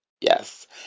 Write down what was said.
Yes